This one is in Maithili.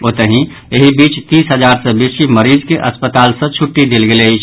ओतहि एहि बीच तीस हजार सँ बेसी मरीज के अस्पताल सँ छुट्टी देल गेल अछि